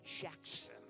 Jackson